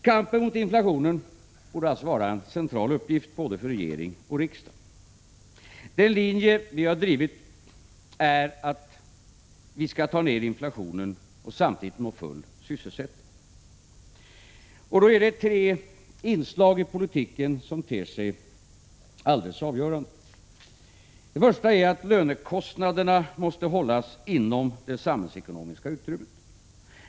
Kampen mot inflationen borde alltså vara en central uppgift för både regering och riksdag. Den linje vi har drivit är att vi skall minska inflationen och samtidigt nå full sysselsättning. Då är det tre inslag i politiken som ter sig alldeles avgörande. Det första är att lönekostnaderna måste hållas inom det samhällsekono miska utrymmet.